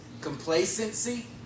complacency